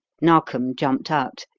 narkom jumped out,